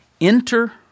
Enter